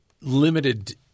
limited –